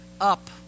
up